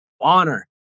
honor